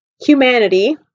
humanity